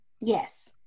Yes